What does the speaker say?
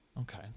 Okay